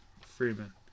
Freeman